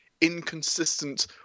inconsistent